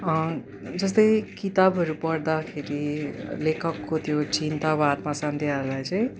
जस्तै किताबहरू पढ्दाखेरि लेखकको त्यो चिन्ता वा आत्म सन्देहहरलाई चाहिँ